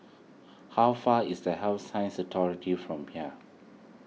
how far is the Health Sciences Authority from here